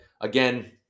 Again